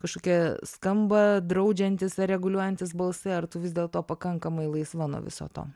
kažkokie skamba draudžiantys ar reguliuojantys balsai ar tu vis dėlto pakankamai laisva nuo viso to